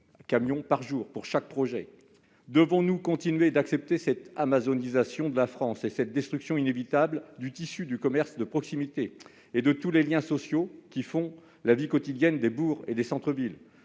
camions par jour. Devons-nous continuer à accepter cette « amazonisation » de la France, cette destruction inévitable du tissu du commerce de proximité et de tous les liens sociaux qui font la vie quotidienne des bourgs et des centres-villes ?